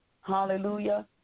Hallelujah